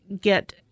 get